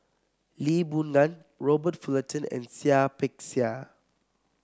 Lee Boon Ngan Robert Fullerton and Seah Peck Seah